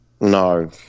No